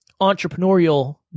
entrepreneurial